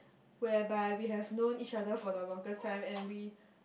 whereby we have known each other for the longest time and we